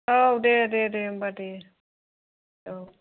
औ दे दे दे होमबा दे औ